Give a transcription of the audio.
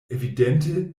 evidente